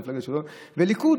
היא מפלגת השלטון והליכוד,